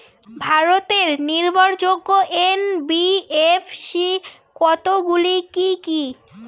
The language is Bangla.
ভারতের নির্ভরযোগ্য এন.বি.এফ.সি কতগুলি কি কি?